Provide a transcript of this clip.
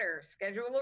schedule